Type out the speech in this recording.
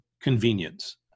convenience